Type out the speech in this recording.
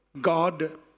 God